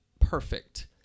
perfect